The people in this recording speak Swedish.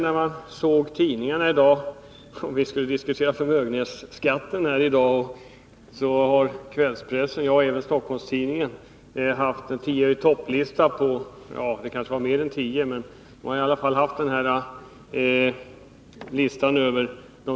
När nu riksdagen diskuterar förmögenhetsskatten, presenterar kvällspressen och även Stockholms-Tidningen en lista över de rikaste i Sverige.